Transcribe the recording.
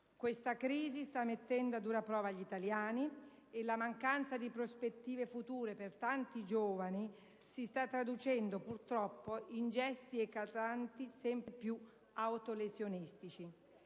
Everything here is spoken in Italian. Questa crisi sta mettendo a dura prova gli italiani, e la mancanza di prospettive future per tanti giovani si sta traducendo, purtroppo, in gesti eclatanti sempre più autolesionistici.